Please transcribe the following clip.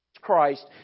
Christ